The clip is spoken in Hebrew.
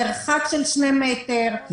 מרחק של שני מטר,